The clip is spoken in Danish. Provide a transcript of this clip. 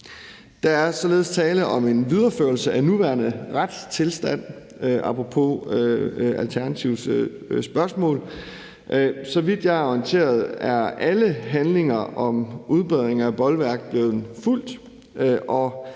Der er således tale om en videreførelse af den nuværende retstilstand, apropos Alternativets spørgsmål. Så vidt jeg er orienteret, er alle handlinger om udbedringer af bolværk blevet fulgt,